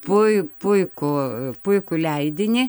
pui puikų puikų leidinį